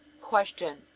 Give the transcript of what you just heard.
Question